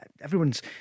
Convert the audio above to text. everyone's